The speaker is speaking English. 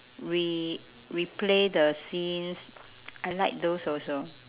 re~ replay the scenes I like those also